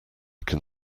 can